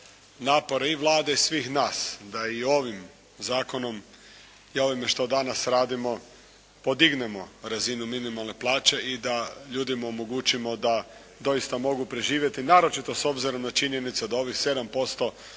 napore i Vlade i svih nas da i ovim zakonom i ovime što danas radimo podignemo razinu minimalne plaće i da ljudima omogućimo da doista mogu preživjeti naročito s obzirom na činjenicu da ovih 7%